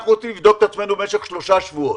אנחנו רוצים לבדוק את עצמנו במשך שלושה שבועות.